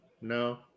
No